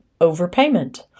overpayment